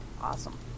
Awesome